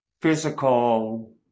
physical